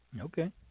Okay